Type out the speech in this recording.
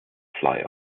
fly